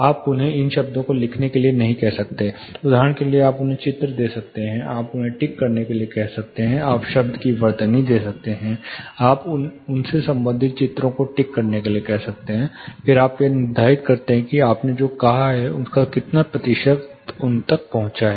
आप उन्हें इन शब्दों को लिखने के लिए नहीं कह सकते हैं उदाहरण के लिए आप उन्हें चित्र दे सकते हैं आप उन्हें टिक करने के लिए कह सकते हैं आप शब्द को वर्तनी देते हैं आप उनसे संबंधित चित्रों पर टिक करने के लिए कहते हैं फिर आप यह निर्धारित करते हैं कि आपने जो कहा है उसका कितना प्रतिशत उन तक पहुंचा है